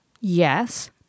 yes